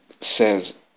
says